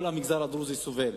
כל המגזר הדרוזי סובל.